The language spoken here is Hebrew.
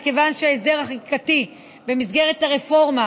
וכיוון שההסדר החקיקתי במסגרת הרפורמה